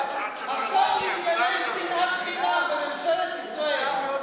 השר לענייני שנאת חינם בממשלת ישראל.